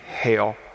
hail